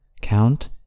count